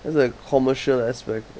there's a commercial aspect